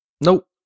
Nope